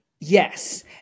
Yes